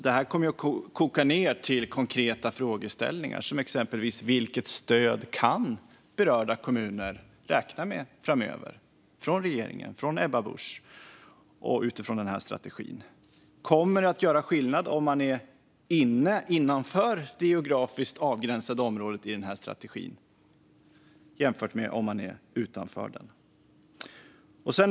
Detta kommer att koka ned till konkreta frågeställningar, exempelvis: Vilket stöd kan berörda kommuner räkna med från regeringen och Ebba Busch framöver utifrån denna strategi? Kommer det att göra skillnad om man är innanför det geografiskt avgränsade området i strategin jämfört med om man är utanför det? Fru talman!